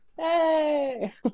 Hey